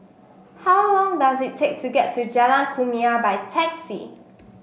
how long does it take to get to Jalan Kumia by taxi